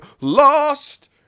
lost